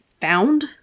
found